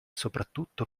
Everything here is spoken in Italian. soprattutto